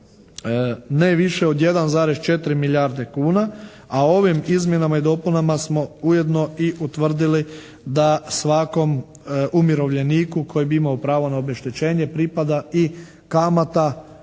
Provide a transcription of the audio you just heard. ne više od 1,4 milijarde kuna, a ovim izmjenama i dopunama smo ujedno i utvrdili da svakom umirovljeniku koji bi imao pravo na obeštećenje pripada i kamata